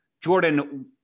Jordan